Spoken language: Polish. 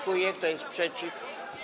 Kto jest przeciw?